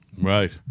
Right